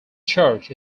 church